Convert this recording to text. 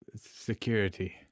security